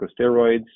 corticosteroids